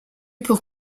pour